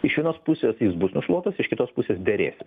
iš vienos pusės jis bus nušluotas iš kitos pusės derėsis